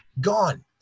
Gone